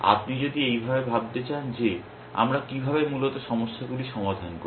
আপনি যদি এইভাবে ভাবতে চান যে আমরা কীভাবে মূলত সমস্যাগুলি সমাধান করি